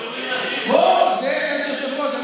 אז, זה היושב-ראש.